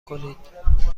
کنید